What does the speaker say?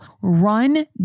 Run